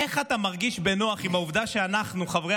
איך אתה מרגיש בנוח עם העובדה שאנחנו חברי